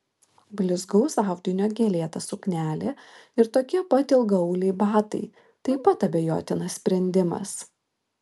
blizgaus audinio gėlėta suknelė ir tokie pat ilgaauliai batai taip pat abejotinas sprendimas